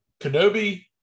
Kenobi